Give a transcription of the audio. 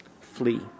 Flee